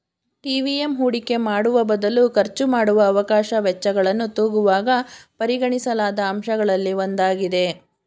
TVM ಹೂಡಿಕೆ ಮಾಡುವಬದಲು ಖರ್ಚುಮಾಡುವ ಅವಕಾಶ ವೆಚ್ಚಗಳನ್ನು ತೂಗುವಾಗ ಪರಿಗಣಿಸಲಾದ ಅಂಶಗಳಲ್ಲಿ ಒಂದಾಗಿದೆ